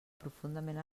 profundament